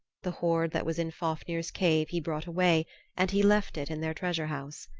the hoard that was in fafnir's cave he brought away and he left it in their treasure house.